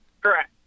Correct